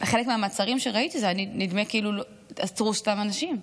בחלק מהמעצרים שראיתי זה היה נדמה כאילו עצרו סתם אנשים.